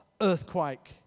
earthquake